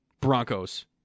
Broncos